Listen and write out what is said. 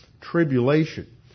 tribulation